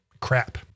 crap